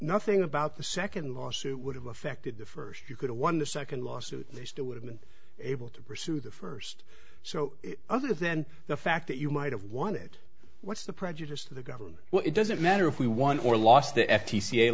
nothing about the second lawsuit would have affected the first you could have won the second lawsuit and they still would have been able to pursue the first so other than the fact that you might have won it what's the prejudice to the government well it doesn't matter if we won or lost the